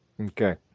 Okay